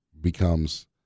becomes